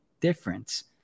difference